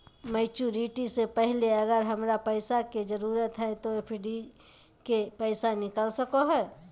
Maturity से पहले अगर हमरा पैसा के जरूरत है तो एफडी के पैसा निकल सको है?